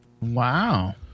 Wow